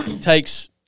takes